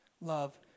love